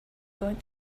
going